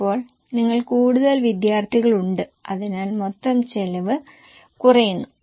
ഇപ്പോൾ നിങ്ങൾ കൂടുതൽ വിദ്യാർത്ഥികളുണ്ട് അതിനാൽ മൊത്തം ചെലവ് കുറയുന്നു